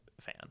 fan